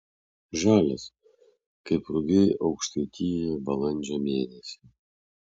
žalias kaip rugiai aukštaitijoje balandžio mėnesį